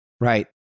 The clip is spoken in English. Right